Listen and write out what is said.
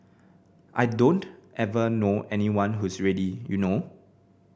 I don't ever know anyone who's ready you know